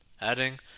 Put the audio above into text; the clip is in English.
Adding